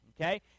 Okay